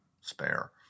spare